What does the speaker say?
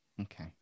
okay